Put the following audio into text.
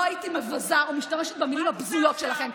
לא הייתי מבזה ומשתמשת במילים הבזויות שלכם.